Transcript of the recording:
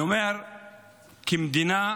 אני אומר, המדינה,